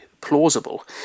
plausible